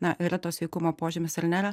na yra to sveikumo požymis ir nėra